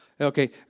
Okay